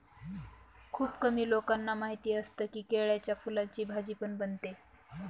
खुप कमी लोकांना माहिती असतं की, केळ्याच्या फुलाची भाजी पण बनते